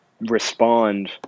respond